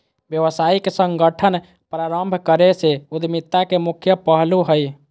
व्यावसायिक संगठन प्रारम्भ करे के उद्यमिता के मुख्य पहलू हइ